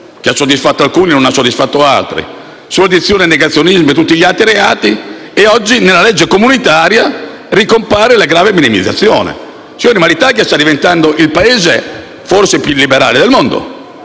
che ha soddisfatto alcuni e non altri sulla dizione del negazionismo e tutti gli altri reati; oggi, nella legge comunitaria, ricompare la «grave minimizzazione». L'Italia sta diventando il Paese forse più illiberale del mondo,